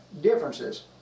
differences